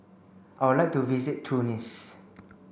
I would like to visit Tunis